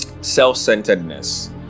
self-centeredness